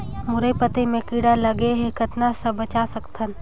मुरई पतई म कीड़ा लगे ह कतना स बचा सकथन?